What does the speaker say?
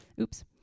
oops